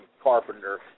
carpenter